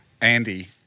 Andy